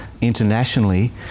internationally